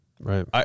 Right